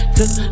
Cause